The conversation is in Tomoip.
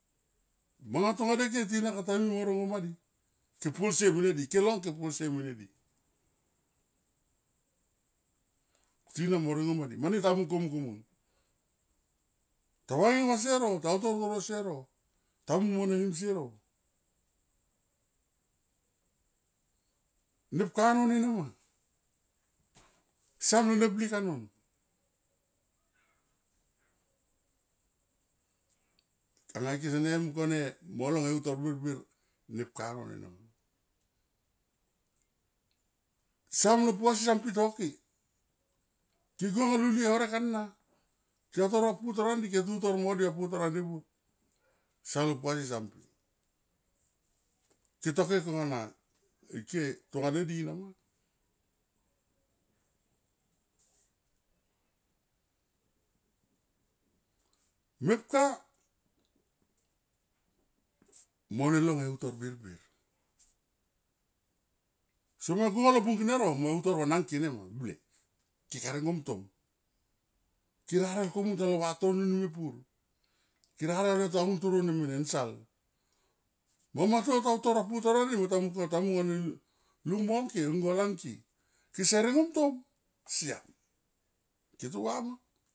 Manga tona ge ke tina kata mui mo ringo madi ke polsie mene di kelong ke polsie mene di. Tina mo ringo ma di mani ta mung komun komun, ta vanging va sier o ta utor toro sirer o tamung mo him sier o, nepka non ena ma siam lo neblik anon. Anga ike sene mung kone molong e utor birbir nepka non ena ma, siam lo puka si son pi to ke, ke gona lulie horek ana tita utor va putor andi ke tutor modi va putor andi buop sia lo puasi son pi ke toke kona ike tonga de di nama. Mepka mone long e utor birbir soma igo lo bung kina ro me utor va nang ke nema ble keka ringom tom ke radel komu talo vatono ni mepur ke radel aun toro nsal moma tol ta utor va putor andi mo ta mung mo lung mo ke ngol angke kese ringom tom siam ke tua ma.